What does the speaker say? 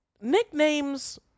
Nicknames